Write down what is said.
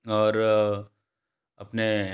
और अपने